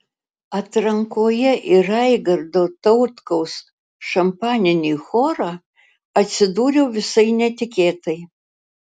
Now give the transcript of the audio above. atrankoje į raigardo tautkaus šampaninį chorą atsidūriau visai netikėtai